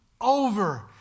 Over